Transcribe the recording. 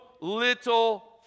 little